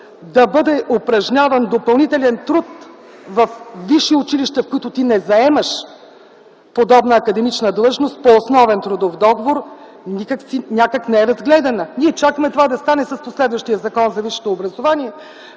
да бъде упражняван допълнителен труд във висши училища, в които ти не заемаш подобна академична длъжност по основен трудов договор, някак си не са разгледани. Ние чакаме това да стане с последващия Закон за висшето образование,